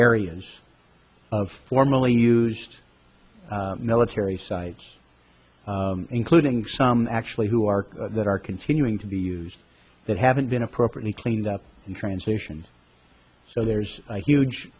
areas of formally used military sites including some actually who are that are continuing to be used that haven't been appropriately cleaned up in transition so there's a huge